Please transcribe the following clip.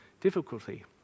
difficulty